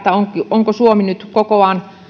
onko suomi nyt kokoaan